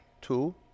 Two